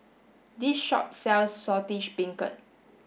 this shop sells Saltish Beancurd